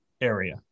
area